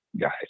guys